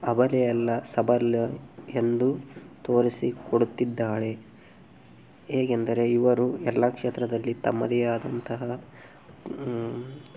ಅಬಲೆ ಅಲ್ಲ ಸಬಲೆ ಎಂದು ತೋರಿಸಿ ಕೊಡುತ್ತಿದ್ದಾಳೆ ಹೇಗೆಂದರೆ ಇವರು ಎಲ್ಲ ಕ್ಷೇತ್ರದಲ್ಲಿ ತಮ್ಮದೇ ಆದಂತಹ